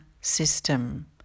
system